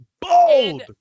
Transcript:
Bold